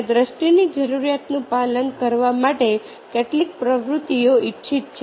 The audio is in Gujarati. અને દ્રષ્ટિની જરૂરિયાતનું પાલન કરવા માટે કેટલીક પ્રવૃત્તિઓ ઇચ્છિત છે